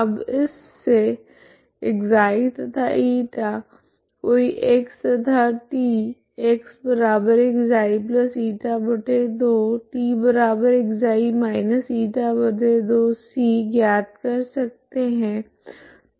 अब इस से ξ तथा η कोई x तथा t ज्ञात कर सकते है